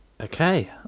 Okay